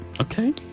okay